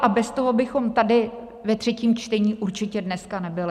A bez toho bychom tady ve třetím čtení určitě dneska nebyli.